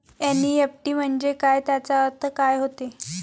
NEFT म्हंजे काय, त्याचा अर्थ काय होते?